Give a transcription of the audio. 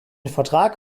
vertrag